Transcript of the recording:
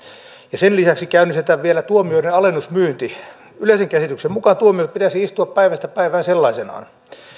ja sen lisäksi käynnistetään vielä tuomioiden alennusmyynti yleisen käsityksen mukaan tuomiot pitäisi istua päivästä päivään sellaisenaan